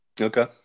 Okay